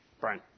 Brian